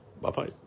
Bye-bye